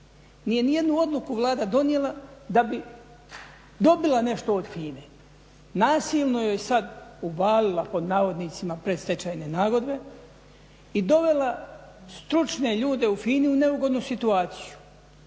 Nije nijednu odluku Vlada donijela da bi dobila nešto od FINA-e. Nasilno joj sad "uvalila" predstečajne nagodbe i dovela stručne ljude u FINA-i u neugodnu situaciju